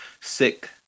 sick